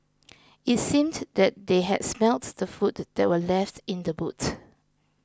it seemed that they had smelt the food that were left in the boot